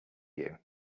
you